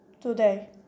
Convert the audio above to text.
today